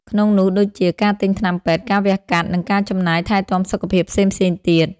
ក្នុងនោះដូចជា ការទិញថ្នាំពេទ្យ ការវះកាត់ និងការចំណាយថែទាំសុខភាពផ្សេងៗទៀត។